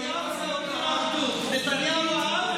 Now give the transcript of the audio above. לבקשתה של אגם גולדשטיין מכפר עזה,